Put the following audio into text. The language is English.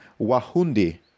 Wahundi